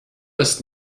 ist